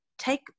take